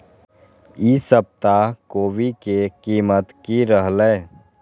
ई सप्ताह कोवी के कीमत की रहलै?